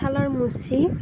কঠালৰ মুচি